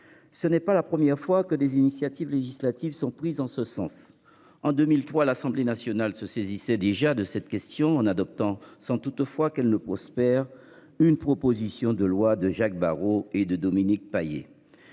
Ce n'est pas la première fois que des initiatives législatives sont prises en ce sens en 2003 à l'Assemblée nationale se saisissait déjà de cette question en adoptant sans toutefois qu'elle ne prospère, une proposition de loi de Jacques Barrot et de Dominique Paillé.